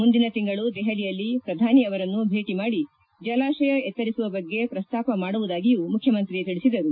ಮುಂದಿನ ತಿಂಗಳು ದೆಹಲಿಯಲ್ಲಿ ಪ್ರಧಾನಿ ಅವರನ್ನು ಭೇಟಿ ಮಾಡಿ ಜಲಾಶಯ ಎತ್ತರಿಸುವ ಬಗ್ಗೆ ಪ್ರಸ್ತಾಪ ಮಾಡುವುದಾಗಿಯೂ ಮುಖ್ಯಮಂತ್ರಿ ತಿಳಿಸಿದರು